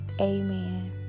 amen